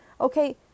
Okay